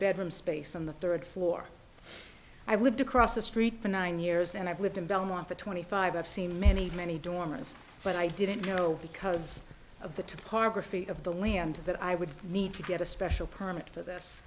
bedroom space on the third floor i lived across the street for nine years and i've lived in belmont for twenty five i've seen many many dorm rooms but i didn't know because of the topography of the land that i would need to get a special permit for this